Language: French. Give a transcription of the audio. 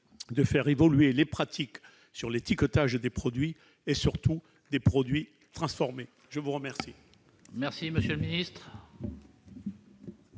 de faire évoluer les pratiques sur l'étiquetage des produits et surtout des produits transformés ? La parole est à M. le ministre.